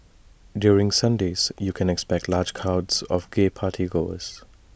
during Sundays you can expect large crowds of gay party goers